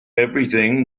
everything